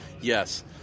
yes